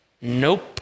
Nope